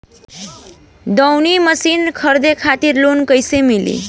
दऊनी मशीन खरीदे खातिर लोन कइसे मिली?